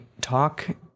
talk